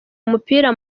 umupira